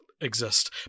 exist